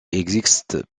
existe